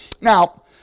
Now